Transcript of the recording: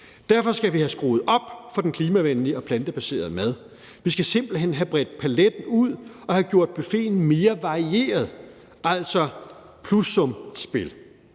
Derfor skal vi have skruet op for den klimavenlige og plantebaserede mad. Vi skal simpelt hen have bredt paletten ud og have gjort buffeten mere varieret, altså have et plussumsspil.